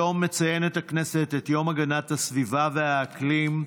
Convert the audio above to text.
היום מציינת הכנסת את יום הגנת הסביבה והאקלים.